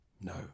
No